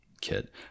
kit